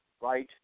right